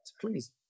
Please